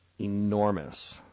enormous